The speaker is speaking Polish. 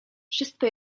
wszystko